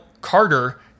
Carter